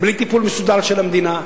בלי טיפול מסודר של המדינה.